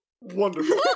Wonderful